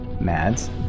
Mads